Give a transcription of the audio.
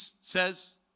says